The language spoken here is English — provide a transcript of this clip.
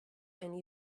and